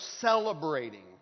celebrating